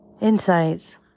insights